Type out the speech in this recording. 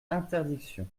interdiction